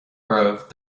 oraibh